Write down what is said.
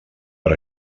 per